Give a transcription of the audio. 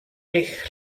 eich